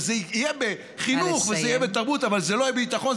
שזה יהיה בחינוך ושזה יהיה בתרבות אבל זה לא יהיה בביטחון?